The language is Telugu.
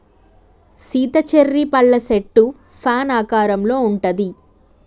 సీత చెర్రీ పళ్ళ సెట్టు ఫాన్ ఆకారంలో ఉంటది